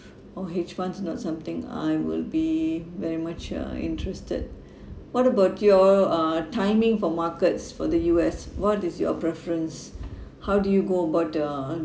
or hedge fund's not something I will be very much uh interested what about your uh timing for markets for the U_S what is your preference how do you go about uh